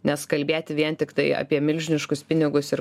nes kalbėti vien tiktai apie milžiniškus pinigus ir